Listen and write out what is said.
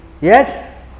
yes